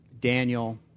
Daniel